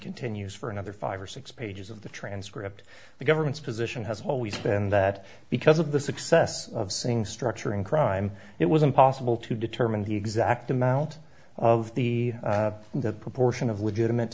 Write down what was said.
continues for another five or six pages of the transcript the government's position has always been that because of the success of singh structuring crime it was impossible to determine the exact amount of the proportion of legitimate